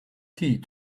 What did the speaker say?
tea